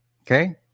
Okay